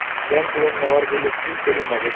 Bank loan নেওয়ার গেইলে কি করীর নাগে?